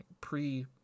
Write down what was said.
pre